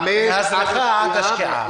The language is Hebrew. ועד השקיעה.